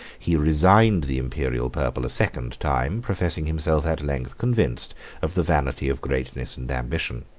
he resigned the imperial purple a second time, professing himself at length convinced of the vanity of greatness and ambition.